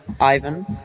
Ivan